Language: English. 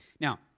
Now